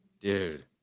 Dude